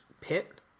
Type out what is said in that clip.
Pit